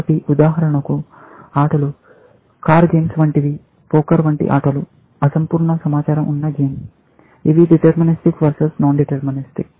కాబట్టి ఉదాహరణ ఆటలు కార్ గేమ్స్ వంటివి పోకర్ వంటి ఆటలు అసంపూర్ణ సమాచారం ఉన్న గేమ్ ఇవి డిటర్మినిస్టిక్ వర్సెస్ నాన్ డిటర్మినిస్టిక్